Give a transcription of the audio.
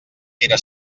era